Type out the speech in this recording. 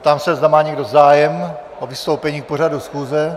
Ptám se, zda má někdo zájem o vystoupení k pořadu schůze.